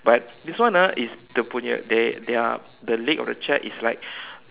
but this one ah is dia punya they their the leg of the chair is like